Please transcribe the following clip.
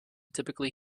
typically